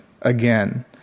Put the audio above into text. Again